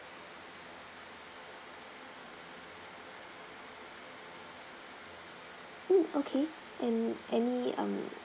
mm okay and any